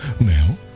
now